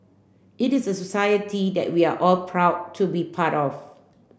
it is a society that we are all proud to be part of